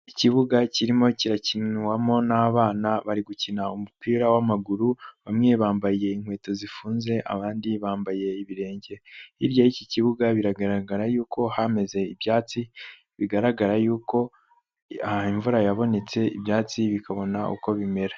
Ikibuga kirimo kirakinwamo n'abana bari gukina umupira w'amaguru, bamwe bambaye inkweto zifunze abandi bambaye ibirenge. Hirya y'iki kibuga biragaragara yuko hameze ibyatsi bigaragara yuko imvura yabonetse ibyatsi bikabona uko bimera.